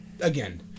again